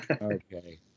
Okay